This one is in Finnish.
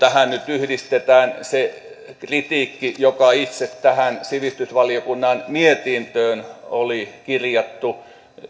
yhdistetään se kritiikki joka itse tähän sivistysvaliokunnan mietintöön oli kirjattu